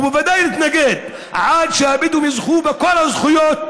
ובוודאי נתנגד עד שהבדואים יזכו בכל הזכויות,